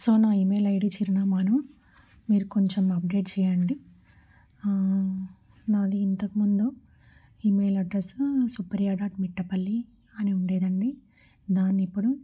so నా email ID చిరునామాను మీరు కొంచెం అప్డేట్ చేయండి నాది ఇంతకముందు email address Supriya dot Mittapalli అని ఉండేదండి దాన్ని ఇప్పుడు